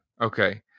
Okay